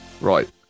Right